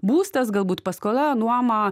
būstas galbūt paskola nuoma